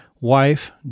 wife